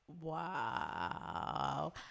Wow